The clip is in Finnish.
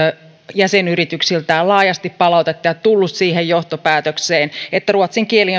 jäsenyrityksiltään laajasti palautetta ja tullut siihen johtopäätökseen että ruotsin kieli